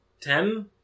ten